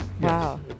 Wow